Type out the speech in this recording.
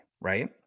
right